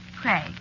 Craig